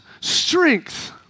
strength